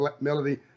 Melody